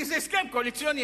כי זה הסכם קואליציוני.